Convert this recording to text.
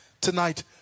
tonight